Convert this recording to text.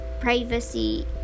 privacy